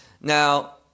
Now